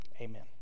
Amen